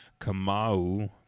Kamau